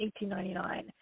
1899